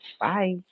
Bye